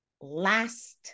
last